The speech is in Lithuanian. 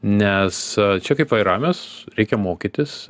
nes čia kaip vairavimas reikia mokytis